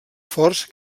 forts